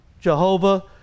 Jehovah